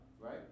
right